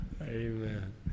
Amen